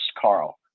Carl